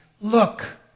Look